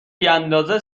بیاندازه